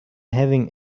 having